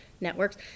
networks